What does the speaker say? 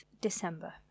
December